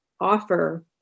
Offer